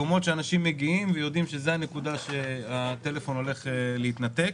מקומות שאנשים מגיעים ויודעים שזו הנקודה שהטלפון הולך להתנתק.